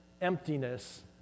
emptiness